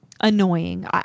annoying